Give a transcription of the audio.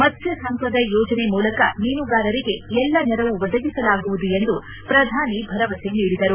ಮತ್ತ್ವ ಸಂಪದ ಯೋಜನೆ ಮೂಲಕ ಮೀನುಗಾರರಿಗೆ ಎಲ್ಲಾ ನೆರವು ಒದಗಿಸಲಾಗುವುದು ಎಂದು ಶ್ರಧಾನಿ ಭರವಸೆ ನೀಡಿದರು